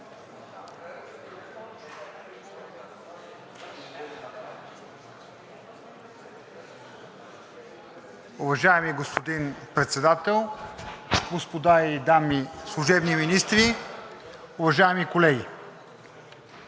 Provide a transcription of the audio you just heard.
Уважаеми господин Председател, господа и дами служебни министри, уважаеми колеги!